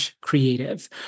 creative